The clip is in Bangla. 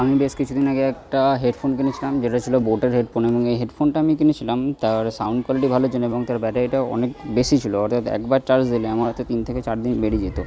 আমি বেশ কিছু দিন আগে একটা হেডফোন কিনেছিলাম যেটা ছিলো বোটের হেডফোন এবং এই হেডফোনটা আমি কিনেছিলাম তার সাউন্ড কোয়ালিটি ভালোর জন্য এবং তার ব্যাটারিটাও অনেক বেশি ছিলো অতোএব একবার চার্জ দিলে আমার হয়তো তিন থেকে চার দিন বেরিয়ে যেতো